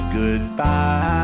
goodbye